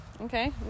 okay